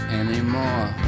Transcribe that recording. anymore